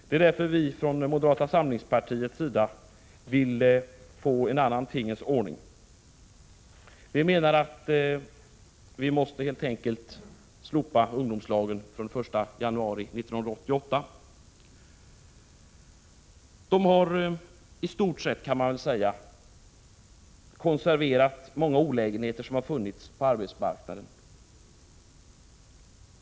Det är därför som vi från moderata samlingspartiets sida vill få en annan tingens ordning. Vi menar helt enkelt att ungdomslagen måste slopas från den 1 januari 1988. 45 Ungdomslagen har i stort sett, kan man säga, konserverat många olägenheter som har funnits på arbetsmarknaden.